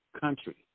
country